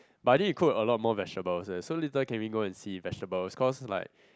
but need to go a lot more vegetable leh so later can we go and see vegetables cause like